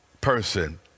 person